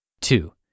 Two